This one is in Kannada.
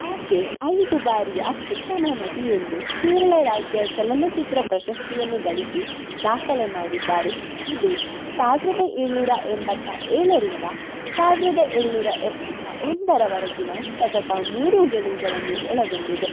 ಆಕೆ ಐದು ಬಾರಿ ಅತ್ಯುತ್ತಮ ನಟಿ ಎಂದು ಕೇರಳ ರಾಜ್ಯ ಚಲನಚಿತ್ರ ಪ್ರಶಸ್ತಿಯನ್ನು ಗಳಿಸಿ ದಾಖಲೆ ಮಾಡಿದ್ದಾರೆ ಇದು ಸಾವಿರದ ಏಳ್ನೂರ ಎಂಬತ್ತ ಏಳರಿಂದ ಸಾವಿರದ ಏಳ್ನೂರ ಎಪ್ಪತ್ತ ಒಂದರವರೆಗಿನ ಸತತ ಮೂರು ಗೆಲುವುಗಳನ್ನು ಒಳಗೊಂಡಿದೆ